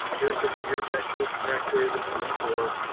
here's the, here's that group bacteria that we look for.